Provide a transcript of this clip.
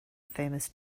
famous